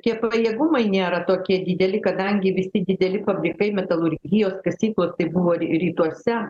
tie pajėgumai nėra tokie dideli kadangi visi dideli fabrikai metalurgijos kasyklos tai buvo ry rytuose